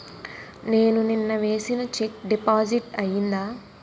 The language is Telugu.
నేను నిన్న వేసిన చెక్ డిపాజిట్ అయిందా?